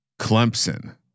Clemson